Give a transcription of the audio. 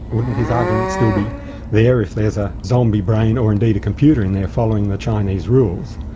wouldn't his argument still be there if there's a zombie brain or indeed a computer in there following the chinese rules?